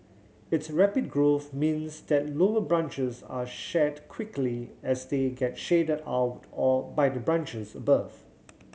its rapid growth means that lower branches are shed quickly as they get shaded out all by the branches above